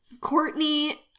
Courtney